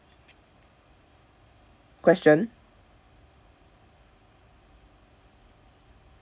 question